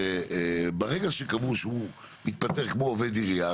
שברגע שקבעו שהוא יתפטר כמו עובד עירייה,